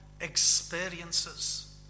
experiences